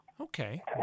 Okay